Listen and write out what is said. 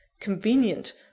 Convenient